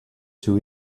two